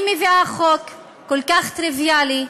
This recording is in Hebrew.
אני מביאה חוק כל כך טריוויאלי,